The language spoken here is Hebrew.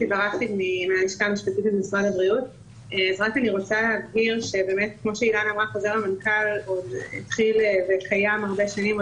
אני רוצה להבהיר שחוזר המנכ"ל קיים הרבה שנים,